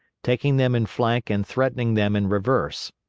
taking them in flank and threatening them in reverse.